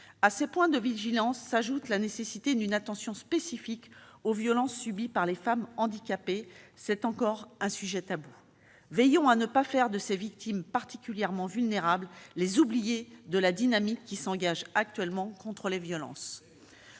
À ces points de vigilance s'ajoute la nécessité de prêter une attention spécifique aux violences subies par les femmes handicapées ; c'est encore un sujet tabou. Veillons à ne pas faire de ces victimes particulièrement vulnérables les oubliées de la dynamique qui s'engage actuellement contre les violences.